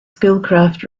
schoolcraft